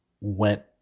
went